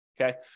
Okay